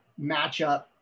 matchup